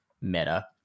meta